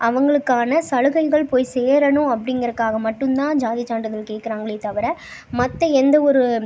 அவங்களுக்கான சலுகைகள் போய் சேரணும் அப்படிங்கிறக்காக மட்டும் தான் ஜாதி சான்றிதழ் கேக்கிறாங்களே தவிர மற்ற எந்த ஒரு